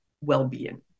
well-being